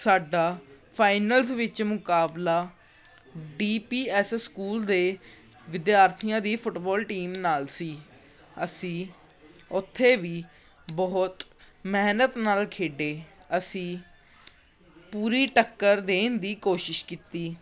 ਸਾਡਾ ਫਾਈਨਲਸ ਵਿੱਚ ਮੁਕਾਬਲਾ ਡੀ ਪੀ ਐਸ ਸਕੂਲ ਦੇ ਵਿਦਿਆਰਥੀਆਂ ਦੀ ਫੁਟਬਾਲ ਟੀਮ ਨਾਲ ਸੀ ਅਸੀਂ ਉੱਥੇ ਵੀ ਬਹੁਤ ਮਿਹਨਤ ਨਾਲ ਖੇਡੇ ਅਸੀਂ ਪੂਰੀ ਟੱਕਰ ਦੇਣ ਦੀ ਕੋਸ਼ਿਸ਼ ਕੀਤੀ